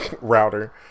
router